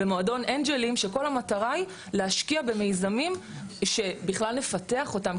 ומועדון אנג'לים שכל המטרה היא להשקיע במיזמים שבכלל נפתח אותם.